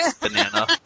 banana